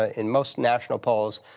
ah in most national polls,